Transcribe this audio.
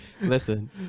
listen